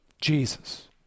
Jesus